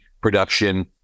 production